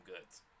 goods